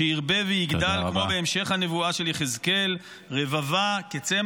שירבה ויגדל -- תודה רבה.